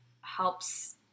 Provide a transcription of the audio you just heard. helps